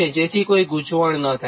જેથી કોઇ ગૂંચવણ ન થાય